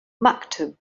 maktub